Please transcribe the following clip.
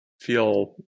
feel